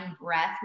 breath